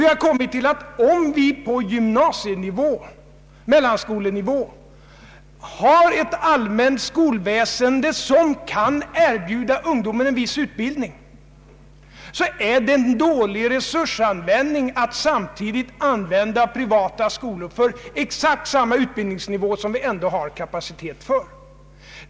Vi har funnit att om vi på gymnasienivå, mellanskolenivå, har ett allmänt skolväsende som kan erbjuda ungdomen en viss utbildning, så är det en dålig resursanvändning att samtidigt använda privata skolor för exakt samma utbildningsnivå som vi ändå har kapacitet för.